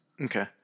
Okay